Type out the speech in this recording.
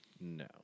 No